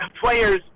players